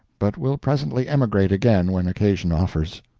but will presently emigrate again when occasion offers.